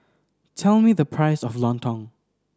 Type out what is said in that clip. tell me the price of Lontong